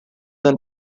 than